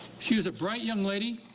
she is a bright young lady,